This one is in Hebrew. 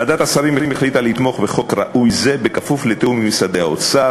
ועדת השרים החליטה לתמוך בחוק ראוי זה בכפוף לתיאום עם משרדי האוצר,